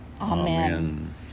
Amen